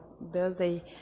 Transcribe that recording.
birthday